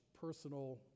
personal